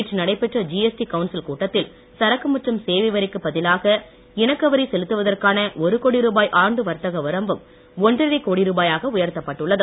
நேற்று நடைபெற்ற GST council கூட்டத்தில் சரக்கு மற்றும் சேவை வரிக்கு பதிலாக இணக்க வரி செலுத்துவதற்கான ஒரு கோடி ருபாய் ஆண்டு வர்த்தக வரம்பும் ஒன்றரை கோடி ருபாயாக உயர்த்தப்பட்டுள்ளது